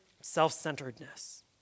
self-centeredness